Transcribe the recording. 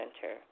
center